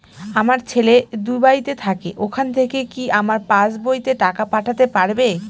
আমার ছেলে দুবাইতে থাকে ওখান থেকে কি আমার পাসবইতে টাকা পাঠাতে পারবে?